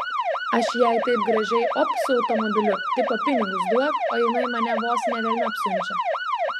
aš jai taip gražiai op su automobiliu tipo pinigus duok o jinai mane vos ne velniop siunčia